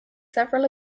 several